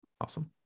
Awesome